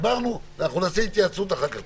דיברנו ואנחנו נעשה התייעצות אחר כך.